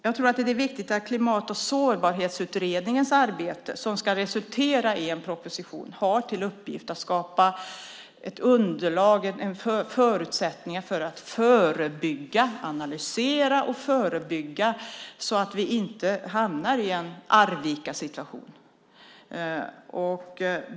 Viktigt är att Klimat och sårbarhetsutredningen, som ska resultera i en proposition, har i uppgift att skapa ett underlag och förutsättningar för analyser och för att förebygga så att vi inte hamnar i en Arvikasituation.